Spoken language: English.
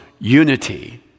unity